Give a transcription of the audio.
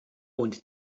und